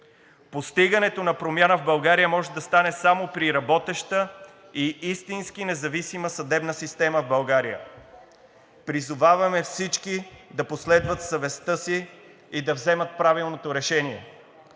Постигането на промяна в България може да стане само при работеща и истински независима съдебна система в България. Призоваваме всички да последват съвестта си и да вземат правилното решение,